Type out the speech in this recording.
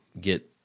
get